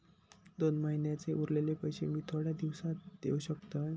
दोन महिन्यांचे उरलेले पैशे मी थोड्या दिवसा देव शकतय?